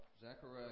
Zechariah